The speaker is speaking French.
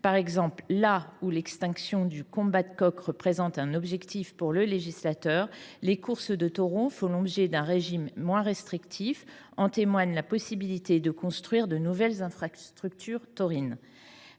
Par exemple, si l’extinction du combat de coqs représente un objectif pour le législateur, les courses de taureaux font l’objet d’un régime moins restrictif – en témoigne la possibilité de construire de nouvelles infrastructures taurines.